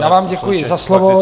Já vám děkuji za slovo.